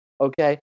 Okay